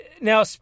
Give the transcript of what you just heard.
now